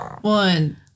One